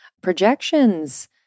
projections